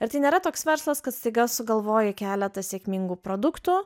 ir tai nėra toks verslas kad staiga sugalvoji keletą sėkmingų produktų